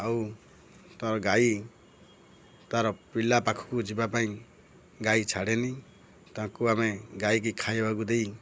ଆଉ ତା'ର ଗାଈ ତା'ର ପିଲା ପାଖକୁ ଯିବା ପାଇଁ ଗାଈ ଛାଡ଼େନି ତାଙ୍କୁ ଆମେ ଗାଈକି ଖାଇବାକୁ ଦେଇ